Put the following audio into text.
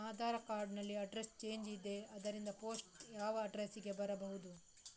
Aadhaar card ನಲ್ಲಿ address change ಇದೆ ಆದ್ದರಿಂದ ಪೋಸ್ಟ್ ಯಾವ ಅಡ್ರೆಸ್ ಗೆ ಬರಬಹುದು?